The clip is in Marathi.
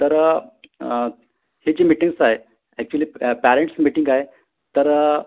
तर ही जी मिटींग्स आहे ॲक्च्युली पॅरेंट्स मिटींग आहे तर